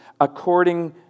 according